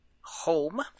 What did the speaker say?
home